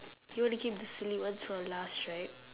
you want to keep the silly ones for last right